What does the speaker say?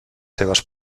seves